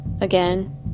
Again